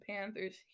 Panthers